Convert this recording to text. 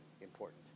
important